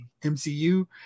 mcu